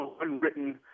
unwritten